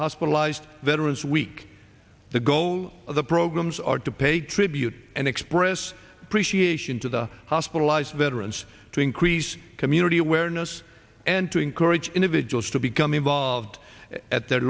paralyzed veterans week the goal of the programs are to pay tribute and express appreciation to the hospitalized veterans to increase community awareness and to encourage individuals to become involved at the